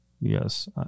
yes